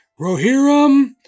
Rohirrim